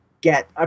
get